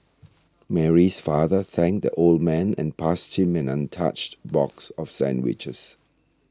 Mary's father thanked the old man and passed him an untouched box of sandwiches